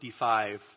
55